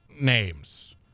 names